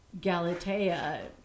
Galatea